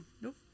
Nope